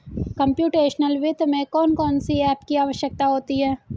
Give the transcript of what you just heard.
computational वित्त में कौन कौन सी एप की आवश्यकता होती है